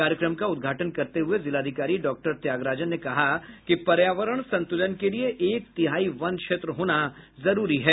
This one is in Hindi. कार्यक्रम का उद्घाटन करते हुये जिलाधिकारी डॉक्टर त्यागराजन ने कहा कि पर्यावरण संतुलन के लिए एक तिहाई वन क्षेत्र होना जरूरी है